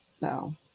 No